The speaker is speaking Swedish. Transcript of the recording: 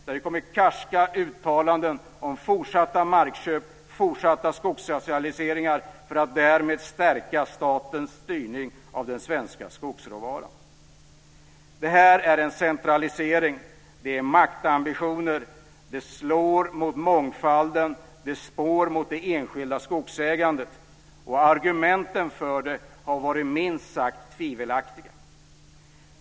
Det har kommit karska uttalanden om fortsatta markköp, fortsatta skogssocialiseringar för att därmed stärka statens styrning av den svenska skogsråvaran. Det här är en centralisering, det är maktambitioner, det slår mot mångfalden, det slår mot det enskilda skogsägandet. Argumenten för det har varit minst sagt tvivelaktiga.